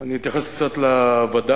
אני אתייחס קצת לווד"לים,